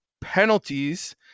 penalties